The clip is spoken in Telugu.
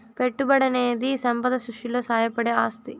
పెట్టుబడనేది సంపద సృష్టిలో సాయపడే ఆస్తి